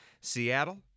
Seattle